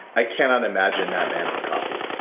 i cannot imagine that man on coffee.